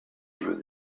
doing